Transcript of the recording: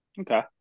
Okay